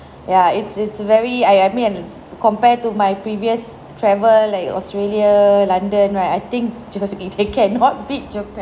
ya it's it's very I I mean compared to my previous travel like australia london right I think ja~ ja~ they cannot beat japan